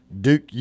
duke